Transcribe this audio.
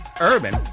urban